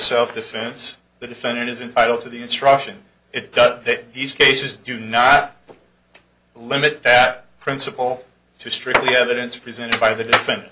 self defense the defendant is entitled to the instruction it does these cases do not limit that principle to strictly evidence presented by the defen